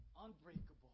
unbreakable